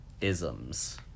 isms